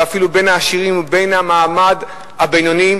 ואפילו בין העשירים ובין המעמד הבינוני,